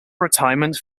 retirement